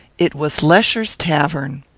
it was lesher's tavern.